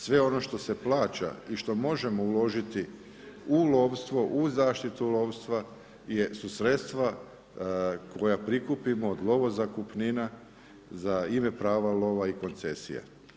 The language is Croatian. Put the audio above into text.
Sve ono što se plaća i što možemo uložiti u lovstvo, u zaštitu lovstva su sredstva koja prikupimo od lovo zakupnina za ime, prava lova i koncesije.